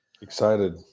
Excited